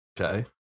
Okay